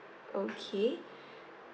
okay